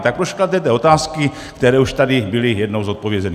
Tak proč kladete otázky, které už tady byly jednou zodpovězeny?